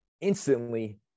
instantly